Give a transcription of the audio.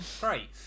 great